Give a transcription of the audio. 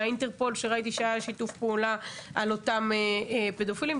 מהאינטרפול שראיתי שהיה שיתוף פעולה על אותם פדופילים,